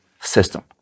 system